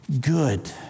Good